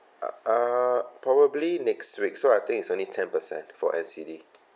uh err probably next week so I think it's only ten per cent for N_C_D